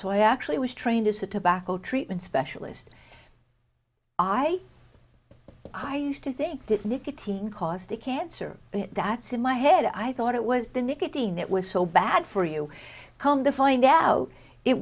so i actually was trained as a tobacco treatment specialist i i used to think that nicotine caused the cancer that's in my head i thought it was the nicotine that was so bad for you come to find out it